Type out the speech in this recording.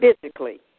Physically